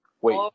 Wait